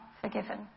forgiven